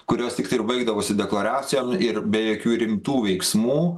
kurios tik ir baigdavosi dekoracijom ir be jokių rimtų veiksmų